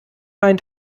meinen